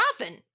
often